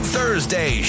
Thursday